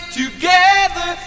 together